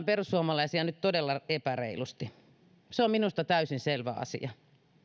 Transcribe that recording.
perussuomalaisia kohdellaan nyt todella epäreilusti se on minusta täysin selvä asia